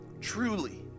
truly